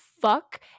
fuck